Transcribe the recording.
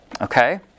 okay